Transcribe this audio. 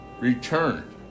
returned